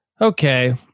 Okay